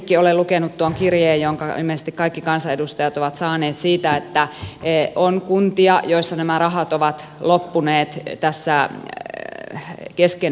itsekin olen lukenut tuon kirjeen jonka ilmeisesti kaikki kansanedustajat ovat saaneet siitä että on kuntia joissa nämä rahat ovat loppuneet tässä kesken vuotta